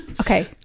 okay